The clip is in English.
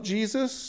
Jesus